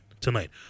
tonight